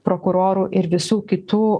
prokurorų ir visų kitų